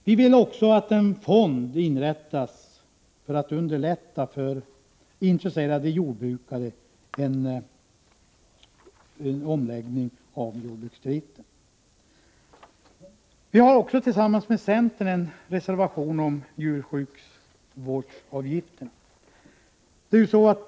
Vi vill också att en fond inrättas för att underlätta för intresserade jordbrukare att göra en omläggning av jordbruksdriften. Vi har också tillsammans med centern en reservation om djursjukvårdsavgifterna.